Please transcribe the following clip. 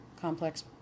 Complex